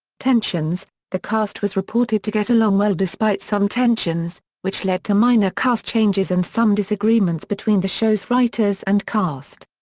tensions the cast was reported to get along well despite some tensions, which led to minor cast changes and some disagreements between the show's writers and cast.